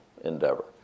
endeavor